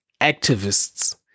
activists